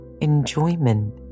enjoyment